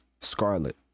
scarlet